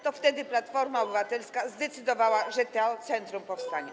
To wtedy Platforma Obywatelska zdecydowała, że to centrum powstanie.